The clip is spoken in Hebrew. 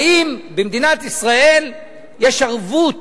האם במדינת ישראל יש ערבות